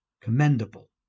commendable